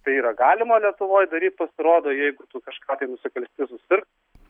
tai yra galima lietuvoj daryt pasirodo jeigu tu kažką tai nusikalsti susirgt